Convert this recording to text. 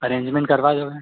arrangement करवा दोगे